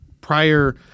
prior